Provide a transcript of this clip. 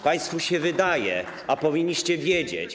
Państwu się wydaje, a powinniście wiedzieć.